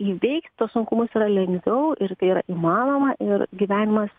įveikt tuos sunkumus yra lengviau ir tai yra įmanoma ir gyvenimas